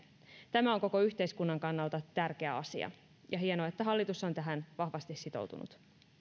tämä on koko yhteiskunnan kannalta tärkeä asia ja on hienoa että hallitus on tähän vahvasti sitoutunut